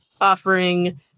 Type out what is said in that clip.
offering